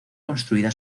construida